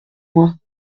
mois